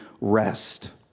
rest